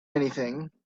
anything